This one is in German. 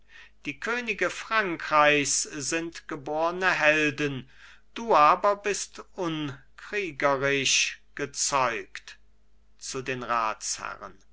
die könige frankreichs sind geborne helden du aber bist unkriegerisch gezeugt zu den ratsherren